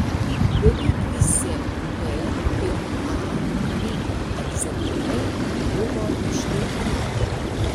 beveik visi b ir a lygio egzaminai buvo išlaikyti